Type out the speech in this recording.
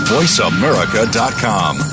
VoiceAmerica.com